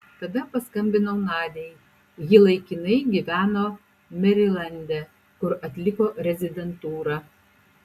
tada paskambinau nadiai ji laikinai gyveno merilande kur atliko rezidentūrą